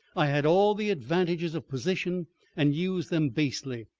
i had all the advantages of position and used them basely.